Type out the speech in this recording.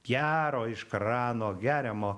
gero iš krano geriamo